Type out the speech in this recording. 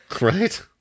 Right